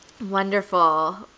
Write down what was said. Wonderful